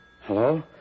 Hello